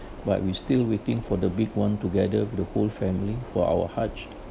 but we still waiting for the big one together the whole family for our hutch